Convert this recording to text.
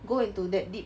go into that deep